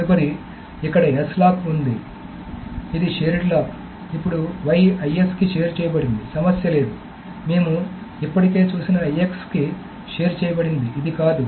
తదుపరి ఇక్కడ S lock వస్తుంది ఇది షేర్డ్ లాక్ ఇప్పుడు y IS కి షేర్ చేయబడింది సమస్య లేదు మేము ఇప్పటికే చూసిన IX కి షేర్ చేయబడింది ఇది కాదు